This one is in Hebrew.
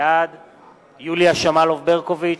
בעד יוליה שמאלוב-ברקוביץ,